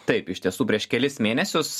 taip iš tiesų prieš kelis mėnesius